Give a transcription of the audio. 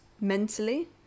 mentally